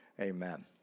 amen